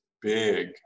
big